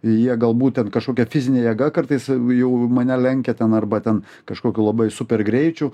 jie galbūt ten kažkokia fizinė jėga kartais jau mane lenkia ten arba ten kažkokiu labai super greičiu